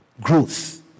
growth